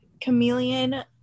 Chameleon